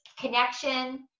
connection